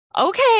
Okay